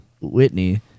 Whitney